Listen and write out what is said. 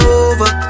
over